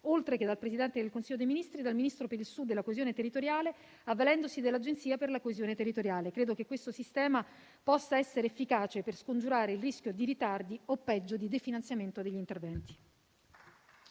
oltre che dal Presidente del Consiglio dei ministri, dal Ministro per il Sud e la coesione territoriale avvalendosi dell'Agenzia per la coesione territoriale. Credo che questo sistema possa essere efficace per scongiurare il rischio di ritardi o, peggio, di definanziamento degli interventi.